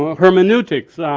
hermeneutics.